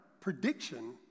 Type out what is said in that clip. prediction